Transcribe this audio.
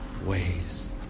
ways